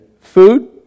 Food